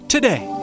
Today